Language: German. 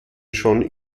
schon